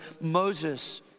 Moses